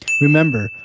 Remember